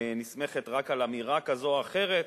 נסמכת רק על אמירה כזאת או אחרת.